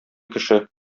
кеше